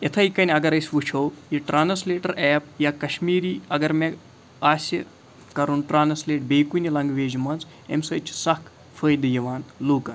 اِتھَے کٔنۍ اگر أسۍ وٕچھو یہِ ٹرٛانسلیٹَر ایپ یا کَشمیٖری اگر مےٚ آسہِ کَرُن ٹرٛانٛسلیٹ بیٚیہِ کُنہِ لَنٛگویجہِ منٛز اَمہِ سۭتۍ چھِ سَکھ فٲیدٕ یِوان لوٗکَن